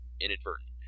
inadvertent